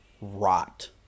rot